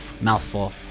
Mouthful